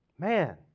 Man